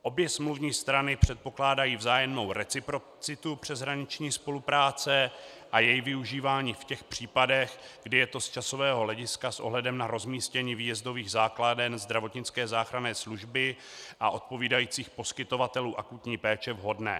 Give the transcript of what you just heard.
Obě smluvní strany předpokládají vzájemnou reciprocitu přeshraniční spolupráce a její využívání v těch případech, kdy je to z časového hlediska s ohledem na rozmístění výjezdových základen zdravotnické záchranné služby a odpovídajících poskytovatelů akutní péče vhodné.